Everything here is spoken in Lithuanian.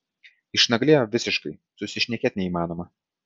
išnaglėjo visiškai susišnekėt neįmanoma